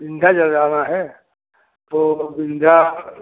विंध्याचल जाना है तो विंध्या